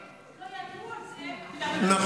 גם אם הם לא ידעו על זה, עכשיו הם, נכון.